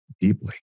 deeply